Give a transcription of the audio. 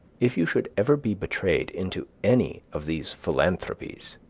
if you should ever be betrayed into any of these philanthropies,